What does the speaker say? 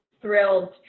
thrilled